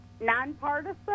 nonpartisan